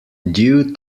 due